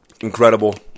Incredible